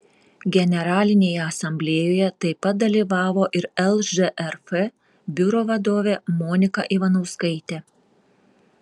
generalinėje asamblėjoje taip pat dalyvavo ir lžrf biuro vadovė monika ivanauskaitė